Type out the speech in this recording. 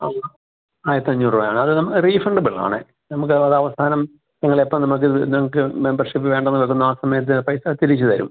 ആ ആയിരത്തഞ്ഞൂറ് രൂപയാണ് അത് ന റീഫണ്ടബിളാണ് നമുക്കതവസാനം നിങ്ങൾ എപ്പോൾ നമുക്കിത് നിങ്ങൾക്ക് മെമ്പര്ഷിപ്പ് വേണ്ടെന്ന് വെക്കുന്നോ ആ സമയത്ത് പൈസ തിരിച്ച് തരും